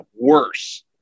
worse